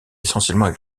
essentiellement